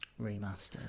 Remastered